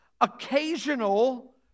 occasional